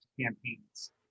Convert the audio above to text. campaigns